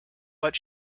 but